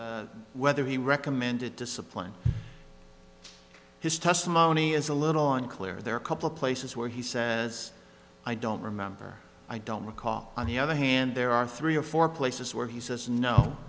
yes whether he recommended discipline in his testimony is a little unclear there are a couple places where he says i don't remember i don't recall on the other hand there are three or four places where he says no